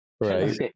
Right